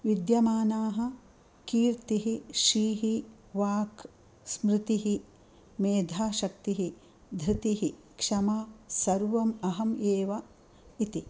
विद्यमानाः कीर्तिः श्रीः वाक् स्मृतिः मेधाशक्तिः धृतिः क्षमा सर्वम् अहम् एव इति